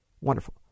Wonderful